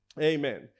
amen